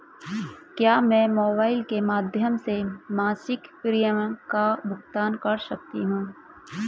क्या मैं मोबाइल के माध्यम से मासिक प्रिमियम का भुगतान कर सकती हूँ?